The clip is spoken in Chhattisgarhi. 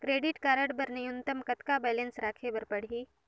क्रेडिट कारड बर न्यूनतम कतका बैलेंस राखे बर पड़ही?